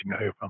over